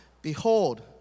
Behold